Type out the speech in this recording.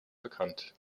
bekannt